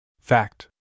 Fact